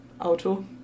Auto